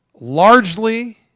largely